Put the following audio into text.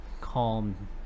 calm